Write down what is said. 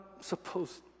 supposed